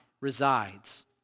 resides